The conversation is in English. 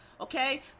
okay